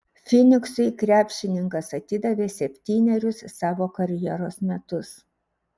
fyniksui krepšininkas atidavė septynerius savo karjeros metus